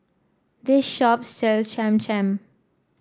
this shop sell Cham Cham